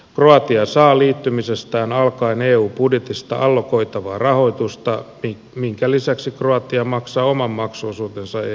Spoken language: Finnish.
kroatia saa liittymisestään alkaen eun budjetista allokoitavaa rahoitusta minkä lisäksi kroatia maksaa oman maksuosuutensa eun budjettiin